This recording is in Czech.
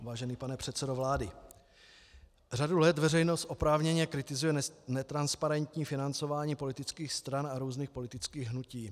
Vážený pane předsedo vlády, řadu let veřejnost oprávněně kritizuje netransparentní financování politických stran a různých politických hnutí.